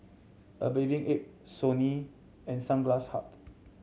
A Bathing Ape Sony and Sunglass Hut